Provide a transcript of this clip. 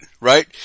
right